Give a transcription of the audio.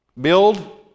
Build